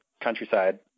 countryside